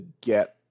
get